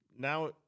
Now